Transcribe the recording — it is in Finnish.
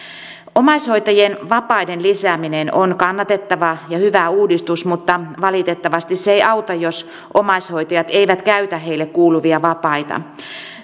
omaishoitajien vapaiden lisääminen on kannatettava ja hyvä uudistus mutta valitettavasti se ei auta jos omaishoitajat eivät käytä heille kuuluvia vapaita